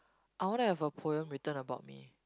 I want to have a poem written about me